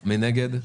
התשפ"א-2021.